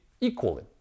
equally